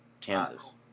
Kansas